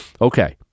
Okay